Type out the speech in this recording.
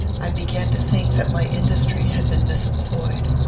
i began to think that my industry had been misemployed.